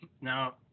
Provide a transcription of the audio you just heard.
Now